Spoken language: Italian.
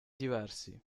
diversi